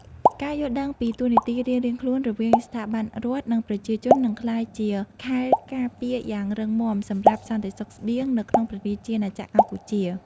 ការយល់ដឹងពីតួនាទីរៀងៗខ្លួនរវាងស្ថាប័នរដ្ឋ និងប្រជាជននឹងក្លាយជាខែលការពារយ៉ាងរឹងមាំសម្រាប់សន្តិសុខស្បៀងនៅក្នុងព្រះរាជាណាចក្រកម្ពុជា។